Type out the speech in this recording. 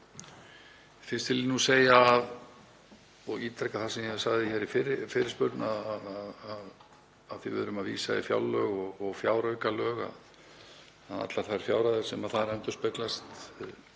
vil ég nú segja og ítreka það sem ég sagði hér í fyrri fyrirspurn, af því við erum að vísa í fjárlög og fjáraukalög, að allar þær fjárhæðir sem þar endurspeglast